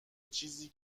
چیزی